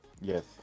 yes